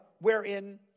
wherein